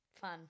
Fun